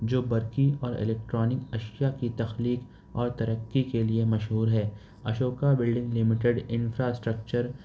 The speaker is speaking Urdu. جو برقی اور الیکٹرانک اشیا کی تخلیق اور ترقی کے لئے مشہور ہے اشوکا بلڈنگ لمیٹیڈ انفرااسٹیکچر